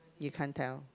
you can't tell